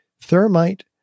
thermite